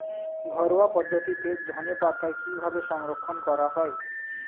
ঘরোয়া পদ্ধতিতে ধনেপাতা কিভাবে সংরক্ষণ করা হয়?